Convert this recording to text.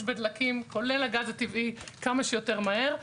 בדלקים כולל הגז הטבעי כמה שיותר מהר,